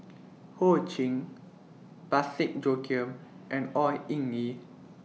Ho Ching Parsick Joaquim and Au Hing Yee